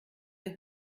der